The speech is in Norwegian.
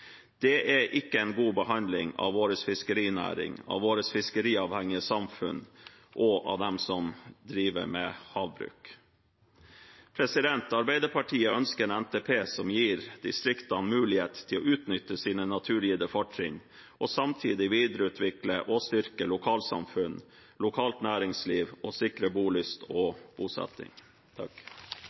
Det er ikke en god behandling av vår fiskerinæring, av vårt fiskeriavhengige samfunn og av dem som driver med havbruk. Arbeiderpartiet ønsker en NTP som gir distriktene mulighet til å utnytte sine naturgitte fortrinn og samtidig videreutvikle og styrke lokalsamfunn og lokalt næringsliv og sikre bolyst og bosetting.